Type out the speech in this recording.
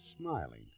smiling